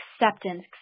acceptance